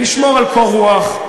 לשמור על קור-רוח,